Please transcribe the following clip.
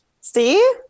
See